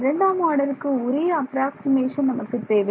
இரண்டாம் ஆர்டருக்கு உரிய அப்ராக்ஸிமேஷன் நமக்கு தேவை